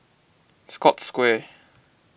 Scotts Square